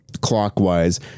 clockwise